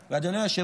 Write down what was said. אדוני היושב-ראש,